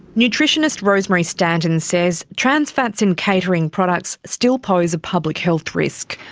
nutritionist rosemary stanton says trans fats in catering products still pose a public health risk.